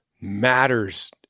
matters